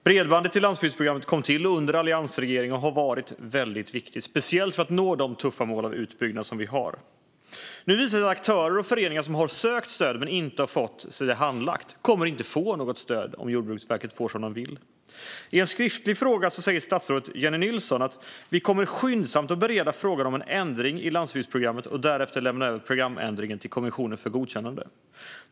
Bredbandet i landsbygdsprogrammet kom till under alliansregeringen och har varit väldigt viktigt, speciellt för att nå de tuffa mål för utbyggnad som vi har. Nu visar det sig att aktörer och föreningar som har sökt stöd men inte fått det handlagt inte kommer att få något stöd om Jordbruksverket får som det vill. I sitt svar på en skriftlig fråga säger statsrådet Jennie Nilsson: "Vi kommer skyndsamt att bereda frågan om en ändring i landsbygdsprogrammet och därefter lämna över programändringen till kommissionen för godkännande."